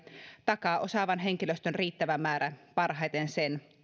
takaa osaavan henkilöstön riittävä määrä parhaiten sen